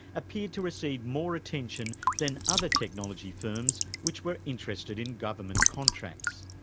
appeared to receive more attention than other technology firms which were interested in government contracts.